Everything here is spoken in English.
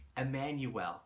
Emmanuel